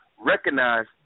recognize